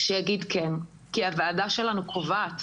שיגיד כן כי הוועדה שלנו קובעת.